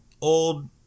old